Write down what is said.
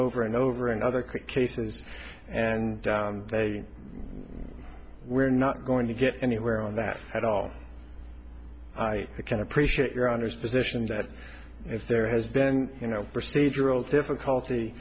over and over in other cases and they we're not going to get anywhere on that at all i can appreciate your honor's decision that if there has been you know procedural difficulty